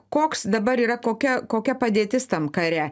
koks dabar yra kokia kokia padėtis tam kare